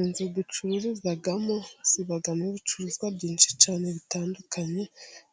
Inzu ducururizamo zibamo ibicuruzwa byinshi cyane bitandukanye